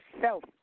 self